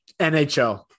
NHL